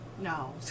No